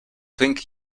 pink